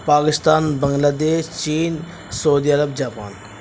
Pakistan Bangladesh چین سعودیہ عرب جاپان